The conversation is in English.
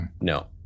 No